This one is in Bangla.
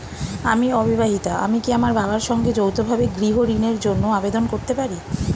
আমি অবিবাহিতা আমি কি আমার বাবার সঙ্গে যৌথভাবে গৃহ ঋণের জন্য আবেদন করতে পারি?